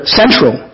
central